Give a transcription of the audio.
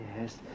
yes